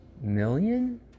million